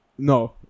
No